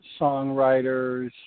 songwriters